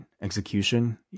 execution